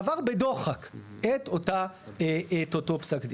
עבר בדוחק את אותו פסק דין.